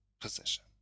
position